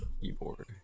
Keyboard